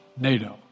NATO